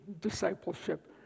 discipleship